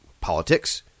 politics